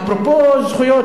אפרופו זכויות,